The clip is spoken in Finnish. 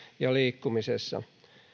ja liikkumisessa